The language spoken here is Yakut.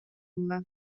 ылла